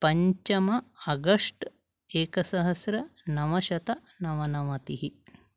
पञ्चम August एकसहस्रनवशतनवनवतिः